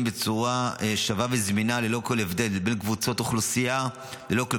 בצורה שווה וזמינה ללא כל הבדל בין קבוצות אוכלוסייה וללא כל